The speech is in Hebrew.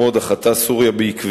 ייצוג האקדמאים הערבים בשירות המדינה?